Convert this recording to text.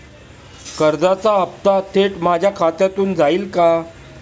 कर्जाचा हप्ता थेट माझ्या खात्यामधून जाईल का?